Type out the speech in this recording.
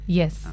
yes